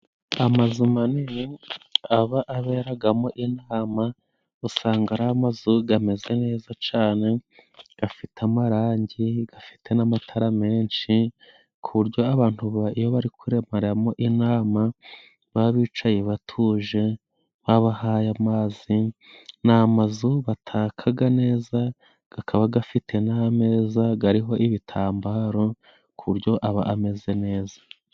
Amazu manini aba aberagamo inama usanga ari amazu gameze neza cane, gafite amarangi, gafite n'amatara menshi ku buryo abantu iyo bari kuremeramo inama baba bicaye batuje, babahaye amazi. Ni amazu batakaga neza, gakaba gafite n'ameza gariho ibitambaro ku buryo aba ameze neza.